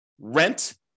rent